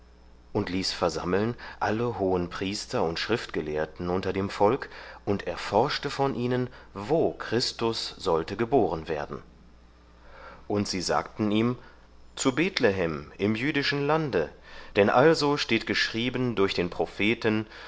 und ließ versammeln alle hohenpriester und schriftgelehrten unter dem volk und erforschte von ihnen wo christus sollte geboren werden und sie sagten ihm zu bethlehem im jüdischen lande denn also steht geschrieben durch den propheten